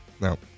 No